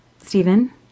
Stephen